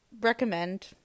recommend